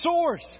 source